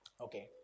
Okay